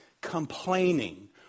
complaining